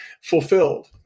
fulfilled